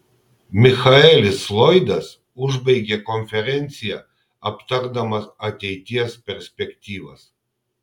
michaelis lloydas užbaigė konferenciją aptardamas ateities perspektyvas